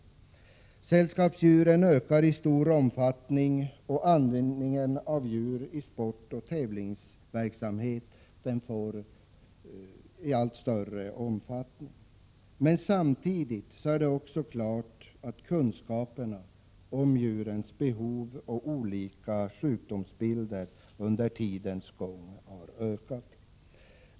Antalet sällskapsdjur ökar i stor utsträckning, och användningen av djur i sport och tävlingsverksamhet får allt större omfattning. Men samtidigt är det också klart att kunskaperna om djurens behov och olika sjukdomsbilder under tidens gång har ökat.